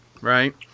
right